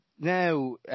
now